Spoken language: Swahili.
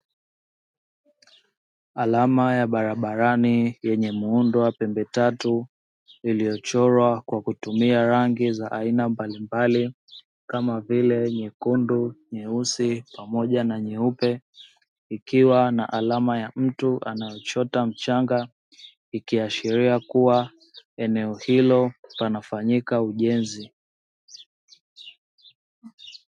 Alama ya barabarani yenye muundo wa pembe tatu iliyochorwa kwa kutumia rangi za aina mbalimbali kama vile nyekundu, nyeusi pamoja na nyeupe ikiwa na alama ya mtu anayechota mchanga, ikiashiria kuwa eneo hilo panafanyika ujenzi.